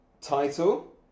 title